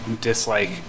dislike